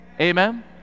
amen